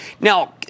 Now